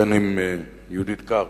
בריאיון של עקיבא אלדר עם יהודית קרפ,